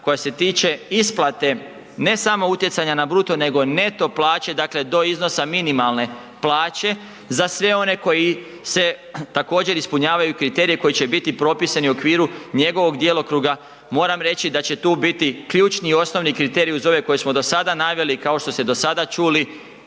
koja se tiče isplate ne samo utjecanja na bruto, nego neto plaće, dakle do iznosa minimalne plaće za sve one koji se, također ispunjavaju kriterije koji će biti propisani u okviru njegovog djelokruga. Moram reći da će tu biti ključni i osnovni kriterij uz ove koje smo dosada naveli, kao što ste dosada čuli,